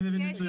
אני מבין מצוין.